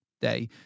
day